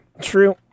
true